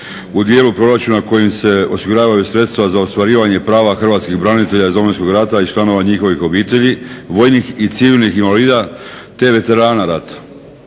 U dijelu proračuna kojim se osiguravaju sredstva za ostvarivanje prava hrvatskih branitelja iz Domovinskog rata i članova njihovih obitelji vojnih i civilnih invalida, te veterana rata.